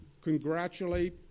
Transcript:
congratulate